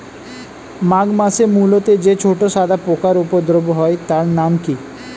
মাঘ মাসে মূলোতে যে ছোট সাদা পোকার উপদ্রব হয় তার নাম কি?